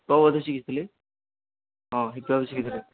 କେଉଁ କଥା ଶିଖିଥିଲେ ହଁ ହିପ୍ହପ୍ ଶିଖିଥିଲେ